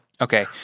Okay